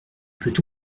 peut